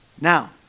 Now